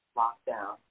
lockdown